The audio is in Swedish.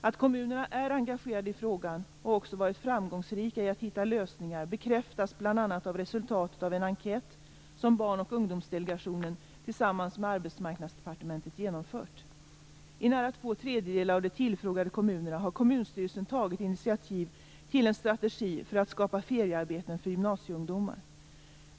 Att kommunerna är engagerade i frågan, och också varit framgångsrika i att hitta lösningar, bekräftas bl.a. av resultatet av en enkät som Barn och ungdomsdelegationen tillsammans med Arbetsmarknadsdepartementet genomfört. I nära två tredjedelar av de tillfrågade kommunerna har kommunstyrelsen tagit initiativ till en strategi för att skapa feriearbeten för gymnasieungdomar.